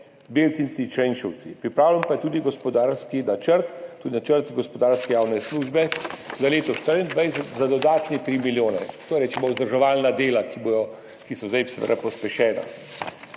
Beltinci, Črenšovci, pripravljen pa je tudi gospodarski načrt, tudi načrt gospodarske javne službe za leto 2024 za dodatne 3 milijone. Torej če bodo vzdrževalna dela, ki so zdaj, seveda